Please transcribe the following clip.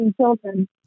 children